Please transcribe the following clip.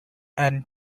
and